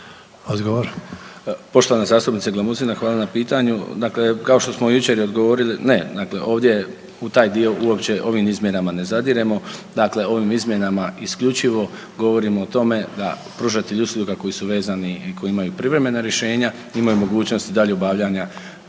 Tonči** Poštovana zastupnice Glamuzina hvala na pitanju. Dakle, kao što smo jučer odgovori, ne, ovdje u taj dio uopće ovim izmjenama ne zadiremo, dakle ovim izmjenama isključivo govorimo o tome da pružatelji usluga koji su vezani i koji imaju privremena rješenja imaju mogućnosti dalje obavljanja